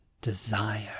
desire